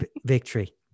victory